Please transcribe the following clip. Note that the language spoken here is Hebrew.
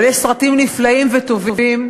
אבל יש סרטים נפלאים וטובים,